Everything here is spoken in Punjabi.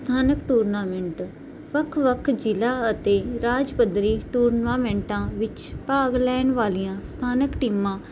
ਸਥਾਨਕ ਟੂਰਨਾਮੈਂਟ ਵੱਖ ਵੱਖ ਜ਼ਿਲਾ ਅਤੇ ਰਾਜ ਪੱਧਰੀ ਟੂਰਨਾਮੈਂਟਾਂ ਵਿੱਚ ਭਾਗ ਲੈਣ ਵਾਲੀਆਂ ਸਥਾਨਕ ਟੀਮਾਂ